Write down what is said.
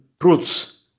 truths